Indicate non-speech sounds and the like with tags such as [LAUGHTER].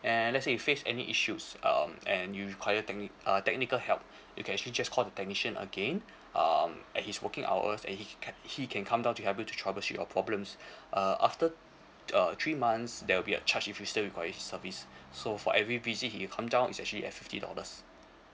and let's say you face any issues um and you require technic~ uh technical help you can actually just call the technician again um and his working hours and he c~ he can come down to help you to troubleshoot your problems [BREATH] uh after uh three months there will be a charge if you still require his service so for every visit he come down is actually at fifty dollars